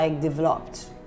developed